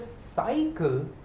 cycle